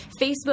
Facebook